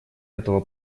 этого